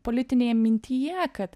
politinėj mintyje kad